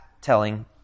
telling